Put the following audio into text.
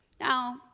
Now